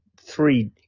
three